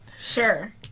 Sure